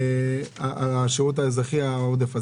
השירות האזרחי, העודף הזה?